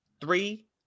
Three